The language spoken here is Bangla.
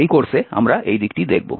এই কোর্সে আমরা এই দিকটি দেখব